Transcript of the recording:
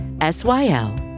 S-Y-L